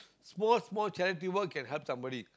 small small charity work can help somebody